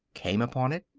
came upon it,